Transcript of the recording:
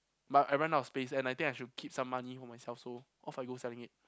but I ran out of space and I think I should keep some money for myself so off I go selling it